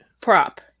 prop